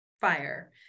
fire